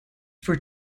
for